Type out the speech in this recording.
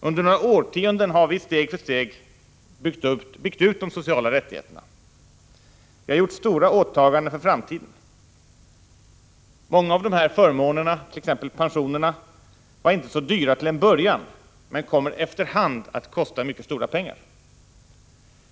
Under några årtionden har vi steg för steg byggt ut de sociala rättigheterna och gjort stora åtaganden för framtideni Många av de här förmånerna, t.ex. pensionerna, var inte så dyra till en början men kommer efter hand att kosta mycket stora pengar.